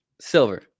Silver